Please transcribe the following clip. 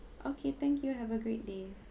okay thank you have a great day